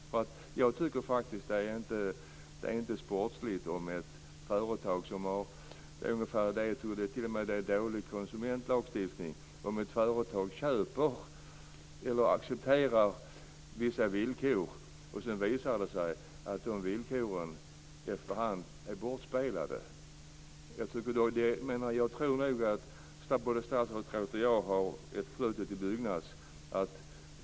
Det är inte sportsligt - det är mot konsumentlagstiftningen - om ett företag köper eller accepterar vissa villkor som i efterhand visar sig vara bortspelade. Både statsrådet och jag har ett förflutet i Byggnads.